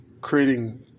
creating